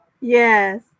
Yes